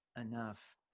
enough